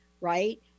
right